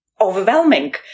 Overwhelming